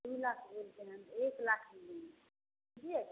तीन लाख बोल के मैम एक लाख में लेंगे दीजिएगा